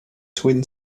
twin